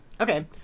okay